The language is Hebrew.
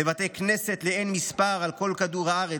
בבתי כנסת לאין מספר על כל כדור הארץ,